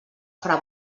fra